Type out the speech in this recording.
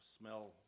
smell